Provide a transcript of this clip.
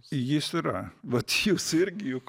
jis yra vat jūsų irgi juk